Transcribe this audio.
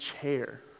chair